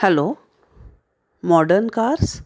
hello modern cars